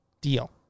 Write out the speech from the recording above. deal